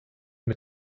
mit